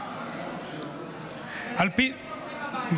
ברגע שהם חוזרים הביתה, הם בבית.